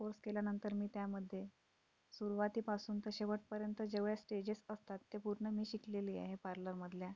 course केल्यानंतर मी त्यामध्ये सुरुवातीपासून ते शेवटपर्यंत जेवढ्या स्टेजेस असतात त्या पूर्ण मी शिकलेली आहे पार्लरमधल्या